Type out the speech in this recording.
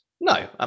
No